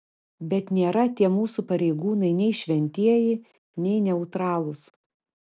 bet nėra tie mūsų pareigūnai nei šventieji nei neutralūs